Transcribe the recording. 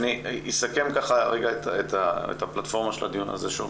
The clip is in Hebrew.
אני אסכם ככה את הפלטפורמה של הדיון הזה שוב,